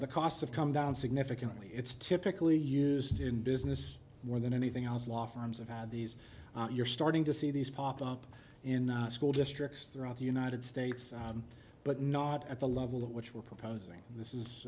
the cost of come down significantly it's typically used in business more than anything else law firms have had these you're starting to see these pop up in school districts throughout the united states but not at the level at which we're proposing this is